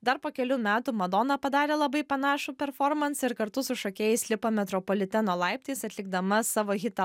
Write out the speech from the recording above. dar po kelių metų madona padarė labai panašų performansą ir kartu su šokėjais lipo metropoliteno laiptais atlikdama savo hitą